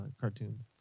cartoons